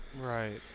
Right